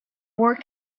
war